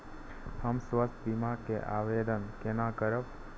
हम स्वास्थ्य बीमा के आवेदन केना करब?